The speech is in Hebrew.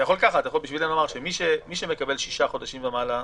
יכול לומר שמי שמקבל שישה חודשים ומעלה,